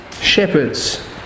shepherds